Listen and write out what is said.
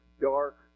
dark